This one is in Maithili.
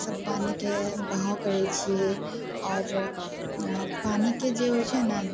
सब पानिके बहाव करै छियै आओर पानिके जे होइ छै ने